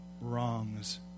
wrongs